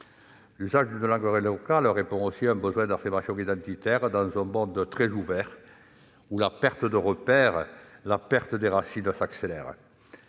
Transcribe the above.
L'usage d'une langue locale répond aussi à un besoin d'affirmation identitaire, dans un monde très ouvert où la perte des repères et des racines s'accélère.